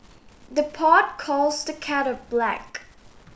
the pot calls the kettle black